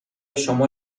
شما